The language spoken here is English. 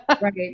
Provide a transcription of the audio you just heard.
Right